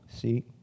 See